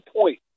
point